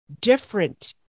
different